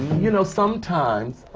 you know, sometimes,